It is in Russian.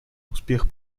успех